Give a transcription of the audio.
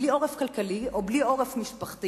בלי עורף כלכלי או בלי עורף משפחתי,